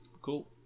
cool